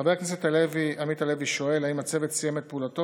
חבר הכנסת עמית הלוי שואל אם הצוות סיים את פעולתו